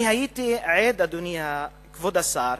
אני הייתי עד, אדוני כבוד השר,